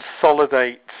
consolidate